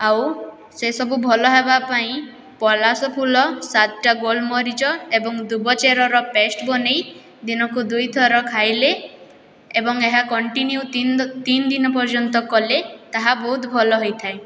ଆଉ ସେସବୁ ଭଲ ହେବାପାଇଁ ପଳାଶ ଫୁଲ ସାତଟା ଗୋଲମରିଚ ଏବଂ ଦୁବ ଚେରର ପେଷ୍ଟ ବନେଇ ଦିନକୁ ଦୁଇଥର ଖାଇଲେ ଏବଂ ଏହା କଣ୍ଟିନ୍ୟୁ ତିନିଦିନ ପର୍ଯ୍ୟନ୍ତ କଲେ ତାହା ବହୁତ ଭଲ ହେଇଥାଏ